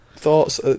Thoughts